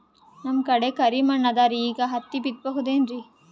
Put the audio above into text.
ನಮ್ ಕಡೆ ಕರಿ ಮಣ್ಣು ಅದರಿ, ಈಗ ಹತ್ತಿ ಬಿತ್ತಬಹುದು ಏನ್ರೀ?